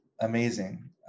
amazing